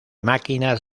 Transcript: máquinas